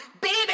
baby